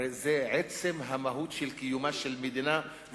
הרי זה עצם המהות של קיומה של מדינה,